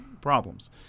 problems